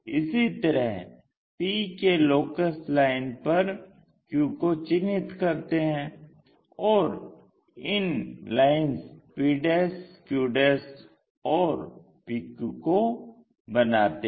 इसी तरह p के लोकस लाइन पर q को चिन्हित करते हैं और इन लाइन्स pq और pq को बनाते हैं